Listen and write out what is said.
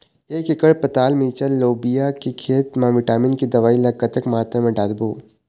एक एकड़ पताल मिरचा लोबिया के खेत मा विटामिन के दवई ला कतक मात्रा म डारबो?